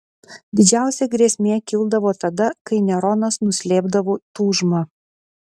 didžiausia grėsmė kildavo tada kai neronas nuslėpdavo tūžmą